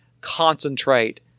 concentrate